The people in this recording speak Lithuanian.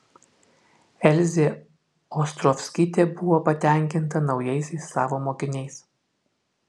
elzė ostrovskytė buvo patenkinta naujaisiais savo mokiniais